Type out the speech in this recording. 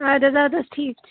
اَدٕ حظ اَدٕ حظ ٹھیٖک چھُ